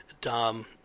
dom